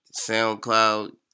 SoundCloud